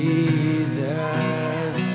Jesus